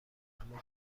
اما